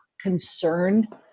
concerned